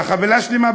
והחבילה השלמה,